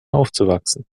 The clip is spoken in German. aufzuwachsen